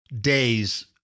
days